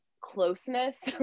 closeness